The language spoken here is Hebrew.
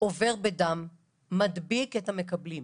עובר בדם ומדביק את הנדבקים.